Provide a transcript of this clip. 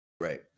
Right